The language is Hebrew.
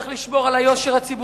צריך לשמור על היושר הציבורי,